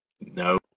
No